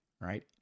right